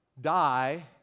die